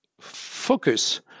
focus